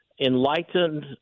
enlightened